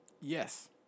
Yes